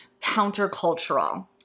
countercultural